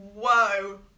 whoa